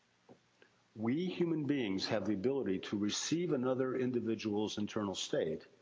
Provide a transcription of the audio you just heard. we, human beings, have the ability to receive another individual's internal state.